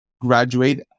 graduate